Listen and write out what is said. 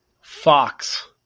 Fox